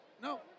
no